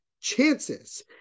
chances